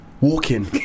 Walking